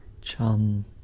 Chum